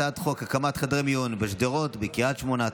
הצעת חוק הקמת חדרי מיון בשדרות ובקריית שמונה,